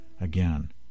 again